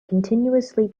continuously